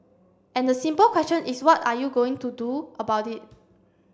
and the simple question is what are you going to do about it